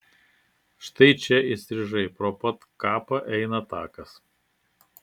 štai čia įstrižai pro pat kapą eina takas